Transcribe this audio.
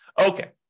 Okay